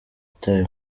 yatawe